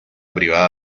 privada